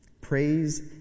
Praise